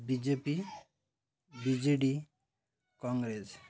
B J P B J D congress